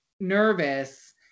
nervous